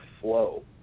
flow